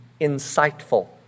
insightful